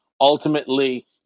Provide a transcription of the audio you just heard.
Ultimately